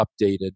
updated